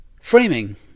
Framing